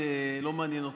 לא מעניין אותם.